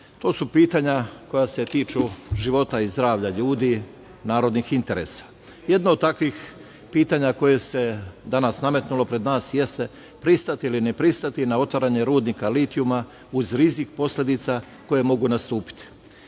To su pitanja koja se tiču života i zdravlja ljudi narodnih interesa. Jedno od takvih pitanja koja se danas nametnulo pred nas jeste - pristati ili ne pristati na otvaranje rudnika litijuma uz rizik posledica koje mogu nastupiti? Sama